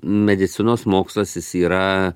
medicinos mokslas jis yra